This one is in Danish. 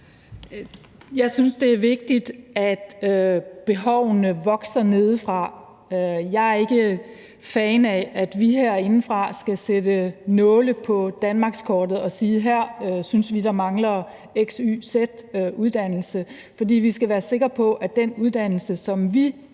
Jeg synes, det er vigtigt, at behovene vokser nedefra. Jeg er ikke fan af, at vi herindefra skal sætte nåle på danmarkskortet og sige, at her og her synes vi der mangler X, Y eller Z uddannelse, for vi skal være sikre på, at den uddannelse, som vi så